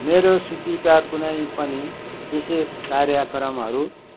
मेरो सूचीका कुनै पनि विशेष कार्यक्रमहरू